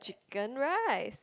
chicken rice